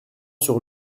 sur